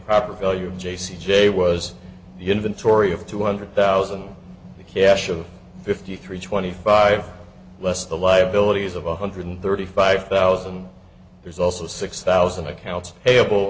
proper value j c j was the inventory of two hundred thousand the cash of fifty three twenty five less the liabilities of one hundred thirty five thousand there's also six thousand accounts payable